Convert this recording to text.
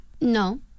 no